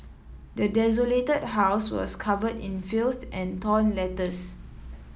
the desolated house was covered in filth and torn letters